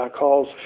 calls